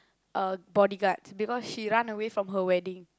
uh bodyguards because she run away from her wedding